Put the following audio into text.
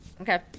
okay